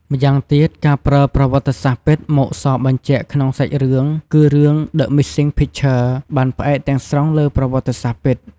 ម្យ៉ាងទៀតការប្រើប្រវត្តិសាស្រ្តពិតមកសរបញ្ជាក់ក្នុងសាច់រឿងគឺរឿង "The Missing Picture" បានផ្អែកទាំងស្រុងលើប្រវត្តិសាស្ត្រពិត។